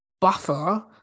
buffer